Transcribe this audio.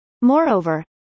Moreover